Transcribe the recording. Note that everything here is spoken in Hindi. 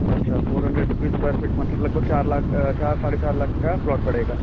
अच्छा four hundred rupees square feet मतलब लगभग चार लाख चार साढ़े चार लाख का प्लॉट पड़ेगा